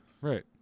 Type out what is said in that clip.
Right